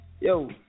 Yo